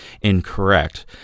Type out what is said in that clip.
incorrect